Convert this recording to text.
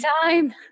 time